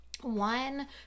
one